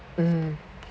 mm